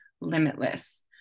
limitless